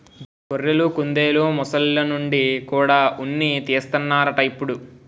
గొర్రెలు, కుందెలు, మొసల్ల నుండి కూడా ఉన్ని తీస్తన్నారట ఇప్పుడు